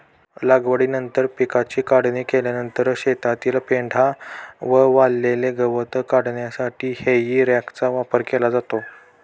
लागवडीनंतर पिकाची काढणी केल्यानंतर शेतातील पेंढा व वाळलेले गवत काढण्यासाठी हेई रॅकचा वापर केला जातो